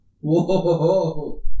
Whoa